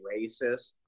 racist